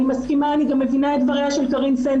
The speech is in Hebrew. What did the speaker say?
אני מסכימה ומבינה את דבריה של קארין,